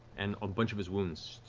and a bunch of his wounds